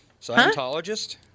Scientologist